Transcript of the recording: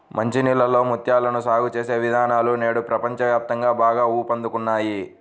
మంచి నీళ్ళలో ముత్యాలను సాగు చేసే విధానాలు నేడు ప్రపంచ వ్యాప్తంగా బాగా ఊపందుకున్నాయి